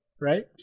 right